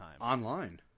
Online